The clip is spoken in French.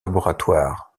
laboratoire